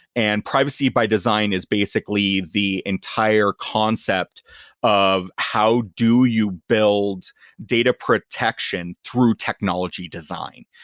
and privacy by design is basically the entire concept of how do you build data protection through technology design.